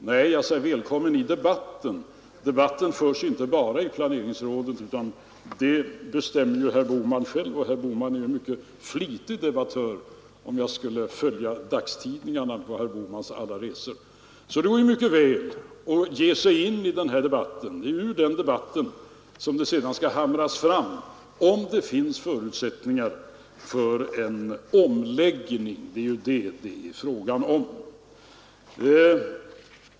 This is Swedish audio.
Nej, jag sade välkommen i debatten. Den förs inte bara i planeringsrådet. Men det bestämmer ju herr Bohman själv — och han är ju en mycket flitig debattör, att döma av vad dagstidningarna skriver från herr Bohmans alla resor. Det går mycket bra att sätta sig in i den debatten, och det är ur den som det sedan skall komma fram huruvida det finns förutsättningar för omläggning. Det är det som det är fråga om.